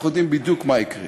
אנחנו יודעים בדיוק מה יקרה,